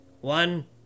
One